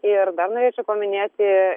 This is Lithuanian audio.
ir dar norėčiau paminėti